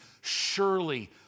Surely